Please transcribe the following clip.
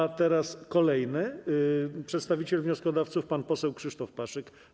Głos zabierze kolejny przedstawiciel wnioskodawców pan poseł Krzysztof Paszyk.